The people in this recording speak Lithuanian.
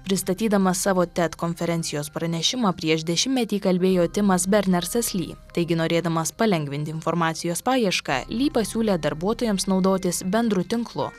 pristatydamas savo ted konferencijos pranešimą prieš dešimtmetį kalbėjo timas bernersas ly taigi norėdamas palengvinti informacijos paiešką ly pasiūlė darbuotojams naudotis bendru tinklu